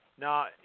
Now